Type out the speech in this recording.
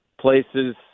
places